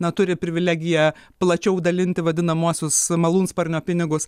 na turi privilegiją plačiau dalinti vadinamuosius malūnsparnio pinigus